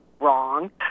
wrong